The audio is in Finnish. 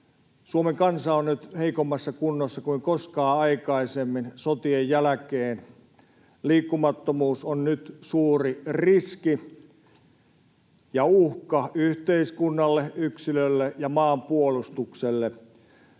Suomen kansa on nyt heikommassa kunnossa kuin koskaan aikaisemmin sotien jälkeen. Liikkumattomuus on nyt suuri riski ja uhka yhteiskunnalle, yksilölle ja maanpuolustukselle.